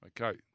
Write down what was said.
Okay